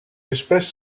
espèces